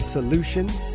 Solutions